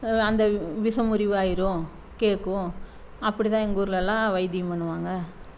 அந்த விஷம் முறிவாயிடும் கேட்க்கும் அப்படி தான் எங்கூர்லெலாம் வைத்தியம் பண்ணுவாங்க